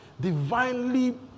Divinely